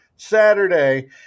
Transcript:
saturday